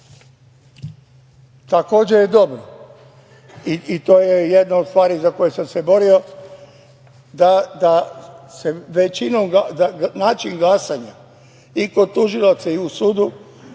Takođe je dobro i to jedna od stvari, za koju sam se borio, da način glasanje i kod tužilaca i u sudu,